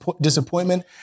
disappointment